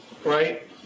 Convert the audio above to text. Right